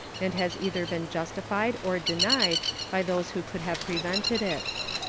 and has either been justified or denied by those who could have prevented it.